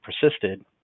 persisted